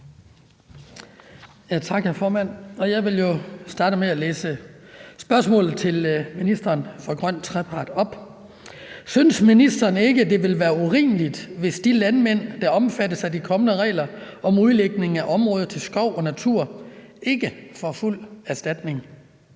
Jeg vil starte med at læse spørgsmålet til ministeren for grøn trepart op: Synes ministeren ikke, det vil være urimeligt, hvis de landmænd, der omfattes af de kommende regler om udlægning af områder til skov og natur, ikke får fuld erstatning?